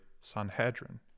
Sanhedrin